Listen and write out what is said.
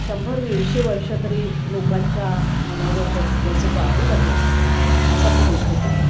शंभर दीडशे वर्ष तरी लोकांच्या मनावर त्याच ज्याचं गारूड आहे असा तो लेखक आहे